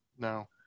No